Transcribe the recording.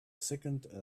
second